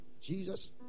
Jesus